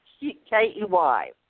K-E-Y